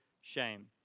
shame